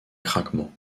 craquement